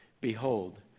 Behold